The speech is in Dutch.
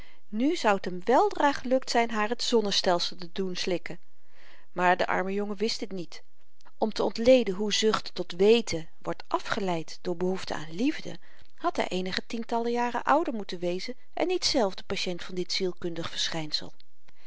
nu zou t hem weldra gelukt zyn haar t zonnestelsel te doen slikken maar de arme jongen wist dit niet om te ontleden hoe zucht tot weten wordt afgeleid door behoefte aan liefde had hy eenige tientallen jaren ouder moeten wezen en niet zelf de patient van dit zielkundig verschynsel